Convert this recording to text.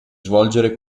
svolgere